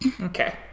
Okay